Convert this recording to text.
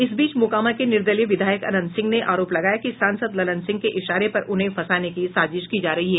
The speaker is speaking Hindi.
इस बीच मोकामा के निर्दलीय विधायक अनंत सिंह ने आरोप लगाया कि सांसद ललन सिंह के इशारे पर उन्हें फंसाने की साजिश की जा रही है